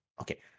okay